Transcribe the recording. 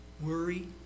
worry